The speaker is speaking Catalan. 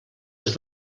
les